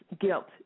guilt